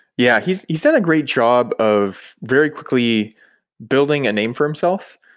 yeah. he's he's had a great job of very quickly building a name for himself,